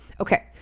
Okay